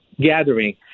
gathering